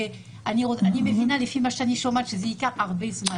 אני מבינה לפי מה שאני שומעת שזה ייקח הרבה זמן